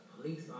police